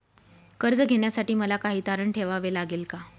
कर्ज घेण्यासाठी मला काही तारण ठेवावे लागेल का?